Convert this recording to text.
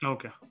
Okay